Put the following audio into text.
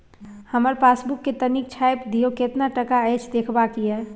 हमर पासबुक के तनिक छाय्प दियो, केतना टका अछि देखबाक ये?